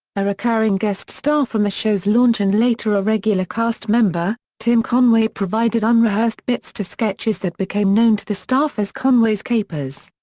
a recurring guest star from the show's launch and later a regular cast member, tim conway provided unrehearsed bits to sketches that became known to the staff as conway's capers.